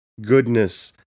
goodness